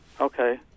Okay